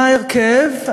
מה ההרכב,